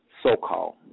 so-called